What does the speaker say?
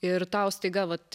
ir tau staiga vat